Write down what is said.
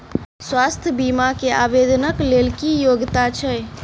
स्वास्थ्य बीमा केँ आवेदन कऽ लेल की योग्यता छै?